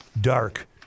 dark